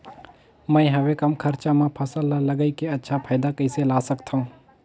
मैं हवे कम खरचा मा फसल ला लगई के अच्छा फायदा कइसे ला सकथव?